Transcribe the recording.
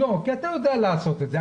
כי אתה יודע לעשות את זה.